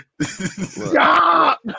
Stop